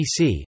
PC